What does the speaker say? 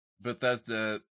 Bethesda